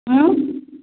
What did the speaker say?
उँ